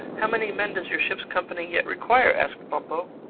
how many men does your ship's company yet require? asked bumpo.